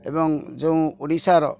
ଏବଂ ଯୋଉଁ ଓଡ଼ିଶାର